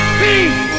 peace